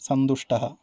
सन्तुष्टः